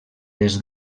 des